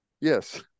Yes